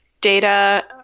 data